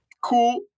cool